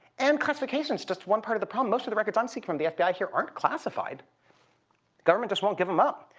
and classification is just one part of the problem. most of the records i'm seeking from the fbi here aren't classified. the government just won't give them up.